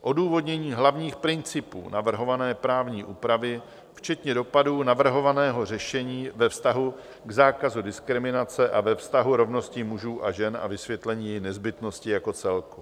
Odůvodnění hlavních principů navrhované právní úpravy, včetně dopadů navrhovaného řešení ve vztahu k zákazu diskriminace a ve vztahu k rovnosti mužů žen a vysvětlení její nezbytnosti jako celku.